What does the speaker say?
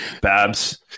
Babs